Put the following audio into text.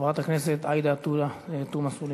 חברת הכנסת עאידה תומא סלימאן,